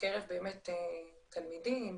בקרב תלמידים,